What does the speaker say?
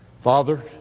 Father